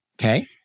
Okay